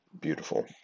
Beautiful